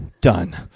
Done